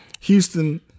Houston